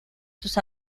sus